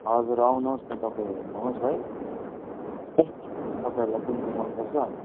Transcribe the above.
हजुर आउऩुहोस् न तपाईँ हेर्नुहोस् है तपाईँलाई कुन चाहिँ मनपर्छ